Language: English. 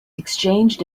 exchanged